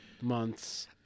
Months